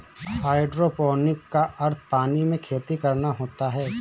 hydroponic का अर्थ पानी में खेती करना होता है